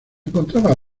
encontraba